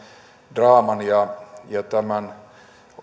draaman ja ja